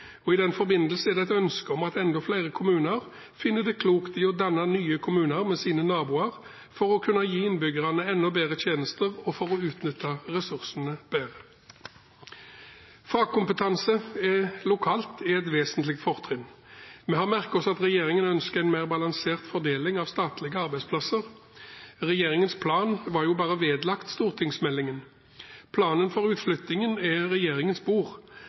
og i den forbindelse er det et ønske om at enda flere kommuner finner det klokt å danne nye kommuner med sine naboer for å kunne gi innbyggerne enda bedre tjenester og for å utnytte ressursene bedre. Fagkompetanse lokalt er et vesentlig fortrinn. Vi har merket oss at regjeringen ønsker en mer balansert fordeling av statlige arbeidsplasser. Regjeringens plan var jo bare vedlagt stortingsmeldingen. Planen for utflytting er regjeringens